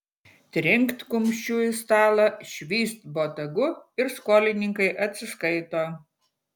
trinkt kumščiu į stalą švyst botagu ir skolininkai atsiskaito